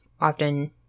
often